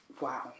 wow